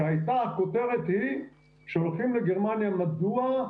כשהכותרת היא שהולכים לגרמניה, מדוע?